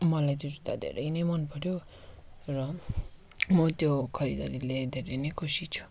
मलाई त्यो जुत्ता धेरै नै मनपऱ्यो र म त्यो खरिदारीले धेरै नै खुसी छु